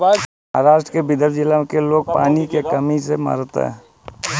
महाराष्ट्र के विदर्भ जिला में लोग पानी के कमी से मरता